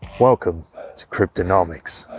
welcome to cryptonomics.